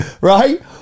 Right